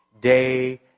Day